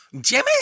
Jimmy